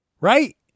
Right